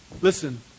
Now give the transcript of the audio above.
Listen